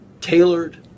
tailored